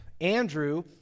Andrew